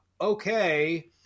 Okay